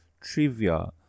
trivia